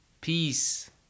peace